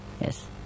Yes